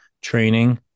training